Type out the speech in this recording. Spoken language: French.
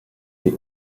des